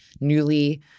newly